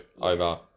over